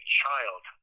child